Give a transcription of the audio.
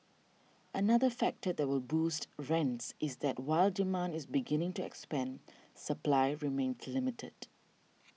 another factor that will boost rents is that while demand is beginning to expand supply remains limited